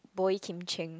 Boey-Kim-Cheng